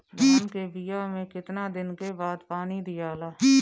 धान के बिया मे कितना दिन के बाद पानी दियाला?